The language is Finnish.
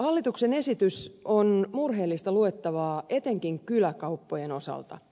hallituksen esitys on murheellista luettavaa etenkin kyläkauppojen osalta